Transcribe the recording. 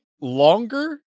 longer